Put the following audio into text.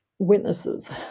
witnesses